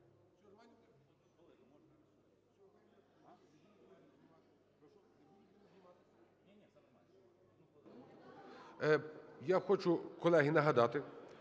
Я хочу, колеги, нагадати,